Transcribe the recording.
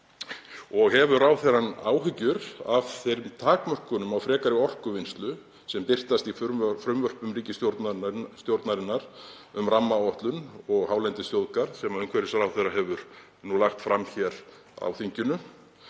Hefur ráðherrann áhyggjur af þeim takmörkunum á frekari orkuvinnslu sem birtast í málum ríkisstjórnarinnar um rammaáætlun og hálendisþjóðgarð sem umhverfisráðherra hefur nú lagt fram hér á þinginu?